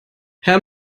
herr